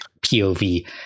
POV